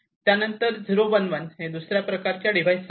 यानंतर 011 हे दुसऱ्या प्रकारच्या डिवाइस साठी